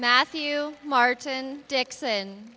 matthew martin dixon